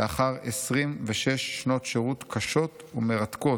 לאחר 26 שנות שירות קשות ומרתקות.